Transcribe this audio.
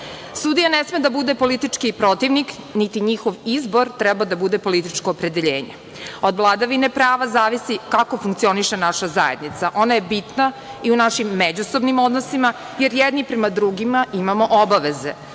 Sudija ne sme da bude političi protivnik, niti njihov izbor treba da bude političkog opredeljenje. Od vladavini prava zavisi kako funkcioniše naša zajednica. Ona je bitna i u našim međusobnim odnosima, jer jedni prema drugima imamo obaveze.